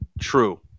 True